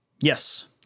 Yes